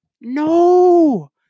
No